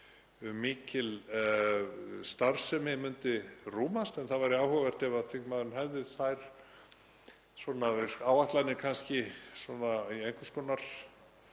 mikil starfsemi myndi þarna rúmast en það væri áhugavert ef þingmaðurinn hefði þær áætlanir eða kannski einhvers konar